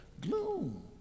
gloom